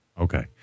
Okay